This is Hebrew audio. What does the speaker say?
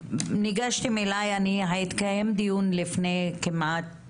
התקיים דיון לפני כמעט